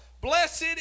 Blessed